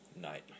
night